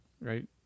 Right